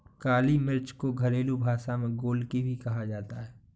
काली मिर्च को घरेलु भाषा में गोलकी भी कहा जाता है